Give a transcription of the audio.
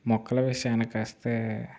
మొక్కల విషయానికొస్తే